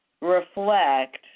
reflect